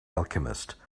alchemist